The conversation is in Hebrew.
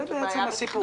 זה בעצם הסיפור.